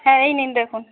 হ্যাঁ এই নিন দেখুন